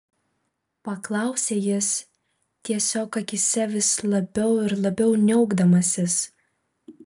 paklausė jis tiesiog akyse vis labiau ir labiau niaukdamasis